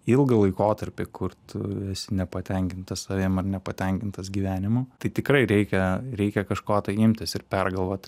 ilgą laikotarpį kur tu esi nepatenkintas savim ar nepatenkintas gyvenimu tai tikrai reikia reikia kažko tai imtis ir pergalvot